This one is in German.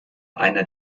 einer